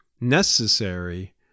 necessary